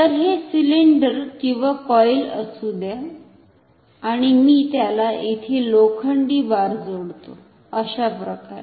तर हे सिलिंडर किंवा कॉईल असू दया आणि मी त्याला इथे लोखंडी बार जोडतो अशाप्रकारे